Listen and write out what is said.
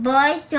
Boys